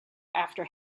after